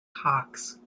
cox